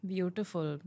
Beautiful